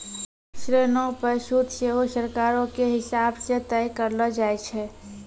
ऋणो पे सूद सेहो सरकारो के हिसाब से तय करलो जाय छै